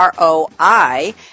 ROI